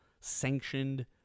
sanctioned